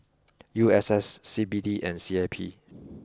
U S S C B D and C I P